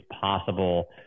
possible